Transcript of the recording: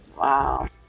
Wow